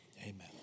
Amen